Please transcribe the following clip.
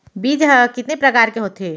बीज ह कितने प्रकार के होथे?